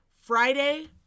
Friday